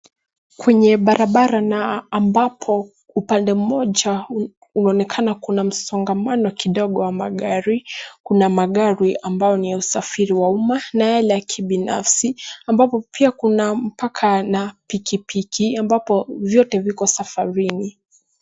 Kwenye barabara na ambapo upande mmoja huonekana kuna msongamano kidogo wa magari. Kuna magari ambayo ni ya usafiri wa umma, nayo la kibinafsi ambapo pia kuna mpaka na pikipiki ambapo vyote viko safarini.